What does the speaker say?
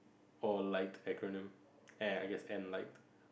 or liked acronym eh and I guess and like